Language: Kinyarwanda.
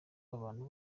b’abantu